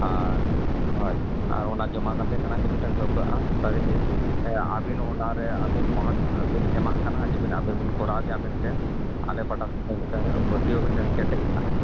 ᱟᱨ ᱦᱳᱭ ᱟᱨ ᱚᱱᱟ ᱡᱚᱢᱟ ᱠᱟᱛᱮᱫ ᱮᱱᱟᱝᱜᱮ ᱢᱤᱫᱴᱟᱝ ᱴᱷᱟᱹᱣᱠᱟᱹᱜᱼᱟ ᱥᱟᱹᱨᱤᱜᱮ ᱦᱮᱸ ᱟᱹᱵᱤᱱ ᱚᱱᱟᱨᱮ ᱢᱚᱦᱚᱛᱵᱤᱱ ᱮᱢᱟᱜ ᱠᱟᱱᱟ ᱡᱮᱵᱤᱱ ᱟᱹᱵᱤᱱᱵᱤᱱ ᱠᱚᱨᱟᱣ ᱜᱮᱭᱟ ᱢᱮᱱᱛᱮ ᱟᱞᱮ ᱯᱟᱦᱴᱟ ᱥᱮᱫ ᱠᱷᱚᱱ ᱢᱤᱫᱴᱟᱝ ᱯᱟᱹᱛᱭᱟᱹᱣ ᱢᱤᱫᱴᱟᱝ ᱠᱮᱴᱮᱡ ᱛᱟᱦᱮᱱᱟ